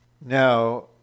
Now